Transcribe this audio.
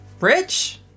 Rich